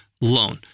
loan